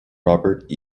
robert